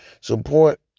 Support